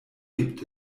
gibt